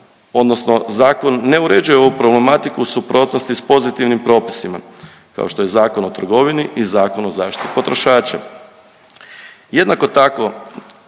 odnosno zakon ne uređuje ovu problematiku u suprotnosti s pozitivnim propisima kao što je Zakon o trgovini i Zakon o zaštiti potrošača.